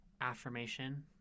affirmation